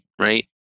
right